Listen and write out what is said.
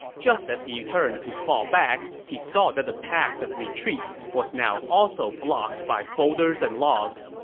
just as he turned to fall back, he saw that the path of retreat was now also blocked by boulders and logs.